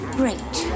great